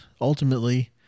ultimately